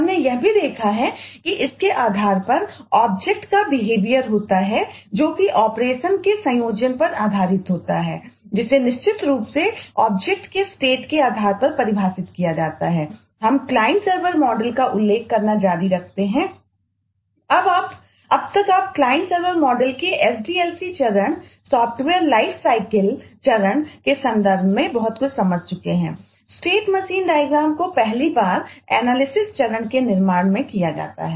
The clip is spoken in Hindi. हमने यह भी देखा है कि इसके आधार पर ऑब्जेक्ट चरण में निर्माण किया जाता है